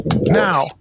Now